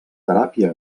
teràpia